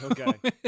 Okay